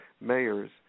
mayors